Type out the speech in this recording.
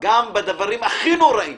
בדברים הכי נוראיים.